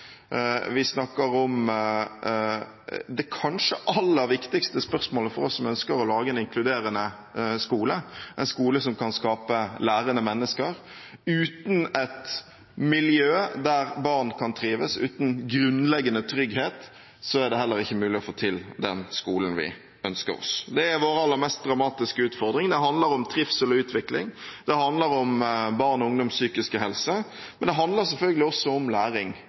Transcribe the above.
Vi snakker om det kanskje aller viktigste spørsmålet for oss som ønsker å lage en inkluderende skole, en skole som kan skape lærende mennesker. Uten et miljø der barn kan trives, uten grunnleggende trygghet, er det heller ikke mulig å få til den skolen vi ønsker oss. Det er vår aller mest dramatiske utfordring. Det handler om trivsel og utvikling. Det handler om barn og ungdoms psykiske helse. Men det handler selvfølgelig også om læring